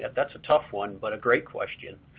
and that's a tough one, but a great question.